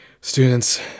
Students